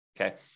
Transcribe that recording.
Okay